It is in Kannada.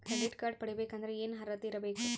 ಕ್ರೆಡಿಟ್ ಕಾರ್ಡ್ ಪಡಿಬೇಕಂದರ ಏನ ಅರ್ಹತಿ ಇರಬೇಕು?